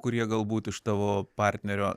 kurie galbūt iš tavo partnerio